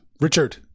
Richard